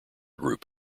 group